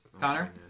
Connor